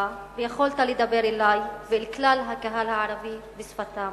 והיכולת לדבר אלי ואל כלל הקהל הערבי בשפתם.